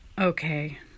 Okay